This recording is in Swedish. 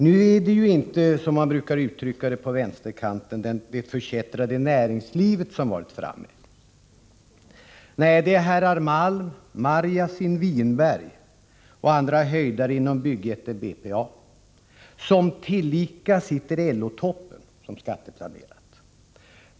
Nu är det inte som man brukar uttrycka det på vänsterkanten det förkättrade näringslivet som varit framme. Nej, det är herrar Malm, Marjasin, Whinberg och andra höjdare inom BPA, som tillika sitter i LO-toppen, som har skatteplanerat.